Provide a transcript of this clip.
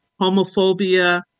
homophobia